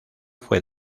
fue